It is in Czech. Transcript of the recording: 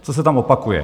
Co se tam opakuje?